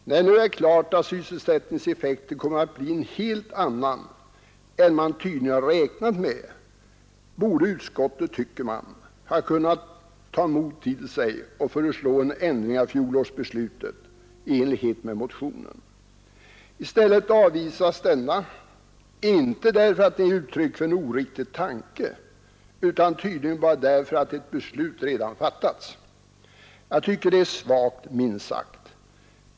När det nu är klart att sysselsättningseffekten kommer att bli en helt annan än man tydligen räknat med, borde utskottet, tycker man, ha kunnat ta mod till sig och föreslå en ändring av fjolårsbeslutet i enlighet med motionen. I stället avvisas denna, inte därför att den ger uttryck för en oriktig tanke, utan tydligen bara därför att ett beslut redan fattats. Jag tycker detta är svagt, minst sagt.